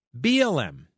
BLM